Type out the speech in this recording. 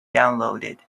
downloaded